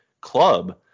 club